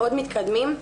מאוד מתקדמים.